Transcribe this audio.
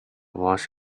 walls